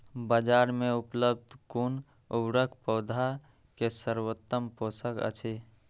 बाजार में उपलब्ध कुन उर्वरक पौधा के सर्वोत्तम पोषक अछि?